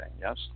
yes